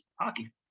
hockey